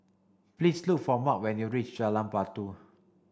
please look for Marc when you reach Jalan Batu